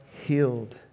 healed